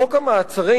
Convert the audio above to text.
חוק המעצרים,